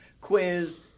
quiz